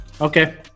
Okay